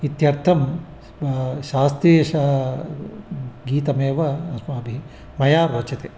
इत्यर्थं शास्त्रीयगीतमेव अस्माभिः मया रोचते